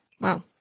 Wow